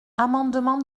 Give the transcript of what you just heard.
amendement